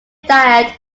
diet